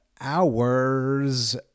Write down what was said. hours